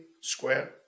square